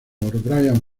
brian